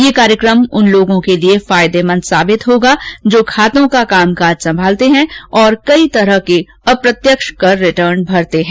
यह कार्यक्रम उन लोगों के लिए फायदेमंद होगा जो खातों का कामकाज संभालते हैं और कई तरह के अप्रत्यक्ष कर रिटर्न भरते हैं